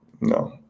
no